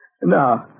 No